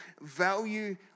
value